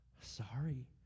sorry